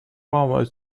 power